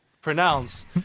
pronounce